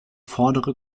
vordere